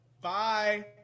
bye